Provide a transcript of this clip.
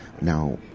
Now